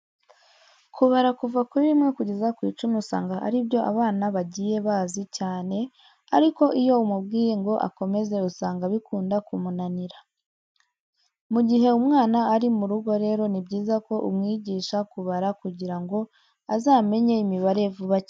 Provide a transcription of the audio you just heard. Kubara kuva kuri rimwe kugeza ku icumi usanga ari byo abana bagiye bazi cyane ariko iyo umubwiye ngo akomeze usanga bikunda kumunanira. Mu gihe umwana ari mu rugo rero ni byiza ko umwigisha kubara kugira ngo azamenye imibare vuba cyane.